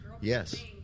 Yes